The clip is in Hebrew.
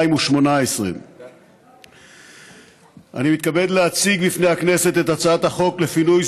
התשע"ט 2018. אני מתכבד להציג בפני הכנסת את הצעת החוק לפינוי